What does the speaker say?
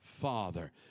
Father